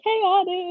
chaotic